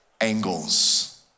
angles